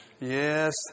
Yes